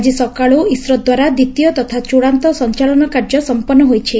ଆକି ସକାଳୁ ଇସ୍ରୋଦ୍ୱାରା ଦ୍ୱିତୀୟ ତଥା ଚୂଡ଼ାନ୍ତ ସଞ୍ଚାଳନ କାର୍ଯ୍ୟ ସମ୍ମନୁ ହୋଇଛି